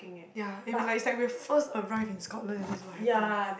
ya and we like is like we first arrived in Scotland and this is what happen